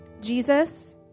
Jesus